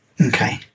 Okay